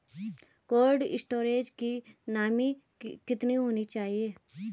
Cold storage की नमी कितनी होनी चाहिए?